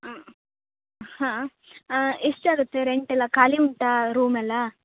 ಹಾಂ ಹಾಂ ಎಷ್ಟು ಆಗುತ್ತೆ ರೆಂಟ್ ಎಲ್ಲ ಖಾಲಿ ಉಂಟಾ ರೂಮ್ ಎಲ್ಲ